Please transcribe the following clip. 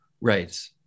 right